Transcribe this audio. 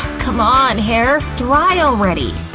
c'mon hair, dry already!